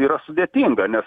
yra sudėtinga nes